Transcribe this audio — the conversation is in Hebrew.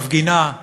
שמפגינה,